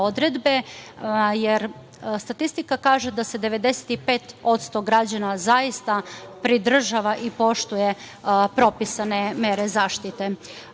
jer statistika kaže da se 95% građana zaista pridržava i poštuje propisane mere zaštite. Ove